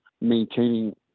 maintaining